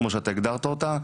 כמו שאתה הגדרת אותה,